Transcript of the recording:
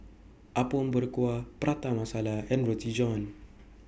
Apom Berkuah Prata Masala and Roti John